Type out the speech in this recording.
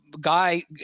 Guy